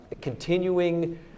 continuing